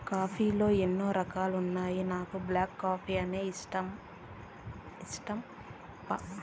coffee లో ఎన్నో రకాలున్నా నాకు బ్లాక్ కాఫీనే ఇష్టమప్పా